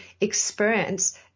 experience